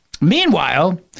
Meanwhile